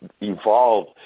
evolved